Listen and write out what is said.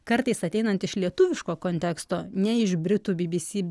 kartais ateinant iš lietuviško konteksto ne iš britų bybysy